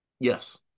Yes